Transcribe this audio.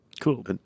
cool